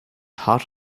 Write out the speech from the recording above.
hot